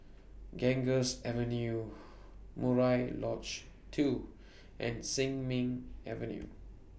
Ganges Avenue Murai Lodge two and Sin Ming Avenue